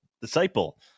disciple